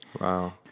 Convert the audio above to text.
Wow